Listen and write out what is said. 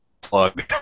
plug